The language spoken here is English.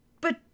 But